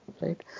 right